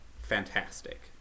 fantastic